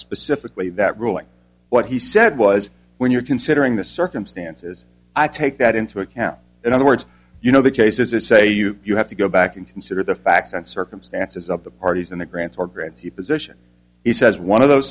specifically that ruling what he said was when you're considering the circumstances i take that into account in other words you know the cases that say you you have to go back and consider the facts and circumstances of the parties and the grants or grants you position he says one of those